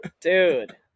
dude